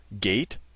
gate